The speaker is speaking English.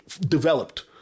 developed